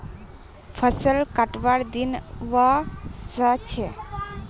फसल कटवार दिन व स छ